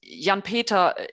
Jan-Peter